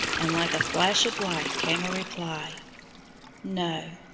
and like a flash of light came a reply no,